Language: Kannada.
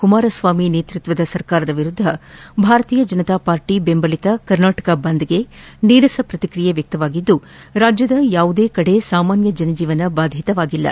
ಕುಮಾರಸ್ವಾಮಿ ನೇತೃತ್ವದ ಸರ್ಕಾರದ ವಿರುದ್ದ ಭಾರತೀಯ ಜನತಾ ಪಾರ್ಟಿ ಬೆಂಬಲಿತ ಕರ್ನಾಟಕ ಬಂದ್ಗೆ ನೀರಸ ಪ್ರತಿಕ್ರಿಯೆ ವ್ಯಕ್ತವಾಗಿದ್ದು ರಾಜ್ಯದ ಯಾವುದೇ ಕಡೆ ಸಾಮಾನ್ಯ ಜನಜೀವನ ಬಾಧಿತವಾಗಿಲ್ಲ